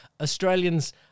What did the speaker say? Australians